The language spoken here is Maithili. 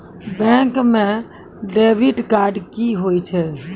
बैंक म डेबिट कार्ड की होय छै?